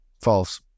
false